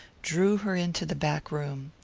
drew her into the back room.